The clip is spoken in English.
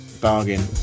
Bargain